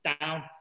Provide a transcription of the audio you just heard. down